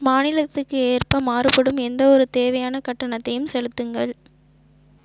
மாநிலத்திற்கு ஏற்ப மாறுபடும் எந்தவொரு தேவையான கட்டணத்தையும் செலுத்துங்கள்